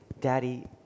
Daddy